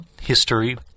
history